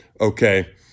Okay